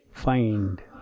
Find